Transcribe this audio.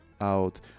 out